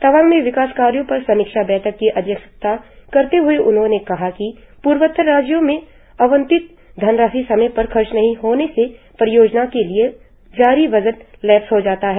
तवांग में विकास कार्यों पर समीक्षा बैठक की अध्यक्षता करते हए उन्होंने कहा कि पूर्वोत्तर राज्यों में आवंटित धनराशि समय पर खर्च नही होने से परियोजना के लिए जारी बजट लैप्स हो जाता है